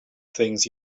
things